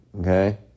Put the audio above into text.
okay